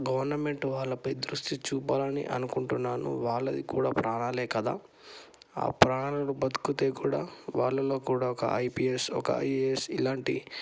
government వాళ్ళపై దృష్టి చూపాలని అనుకుంటున్నాను వాళ్ళది కూడా ప్రాణాలే కదా ఆ ప్రాణాలను బతుకుతే కూడా వాళ్ళలో కూడా ఒక ఐపీఎస్ ఒక ఐఏఎస్ ఇలాంటి